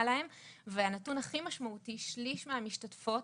להן והנתון הכי משמעותי הוא ששליש מן המשתתפות,